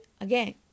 again